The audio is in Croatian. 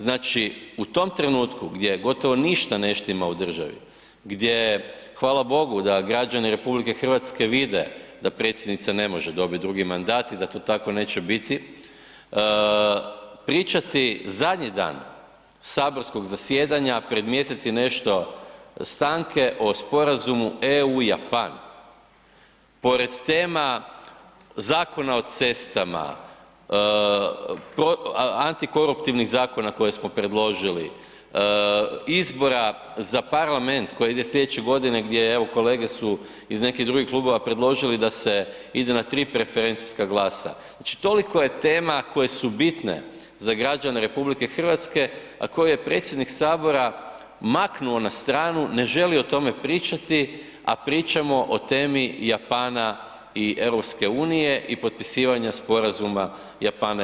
Znači u tom trenutku gdje gotovo ništa ne štima u državi, gdje hvala Bogu da građani RH vide da predsjednica ne može dobiti drugi mandat i da to tako neće biti, pričati zadnji dan saborskog zasjedanja pred mjesec i nešto stanke o Sporazumu EU-Japan, pored tema Zakona o cestama, antikoruptivnih zakona koje smo predložili, izbora za Parlament koji ide sljedeće godine gdje evo kolege su iz nekih drugih klubova predložili da se ide na tri preferencijska glasa, znači toliko je tema koje su bitne za građane RH, a koje je predsjednik Sabora maknuo na stranu, ne želi o tome pričati, a pričamo o temi Japana i EU i potpisivanja Sporazuma Japana-EU.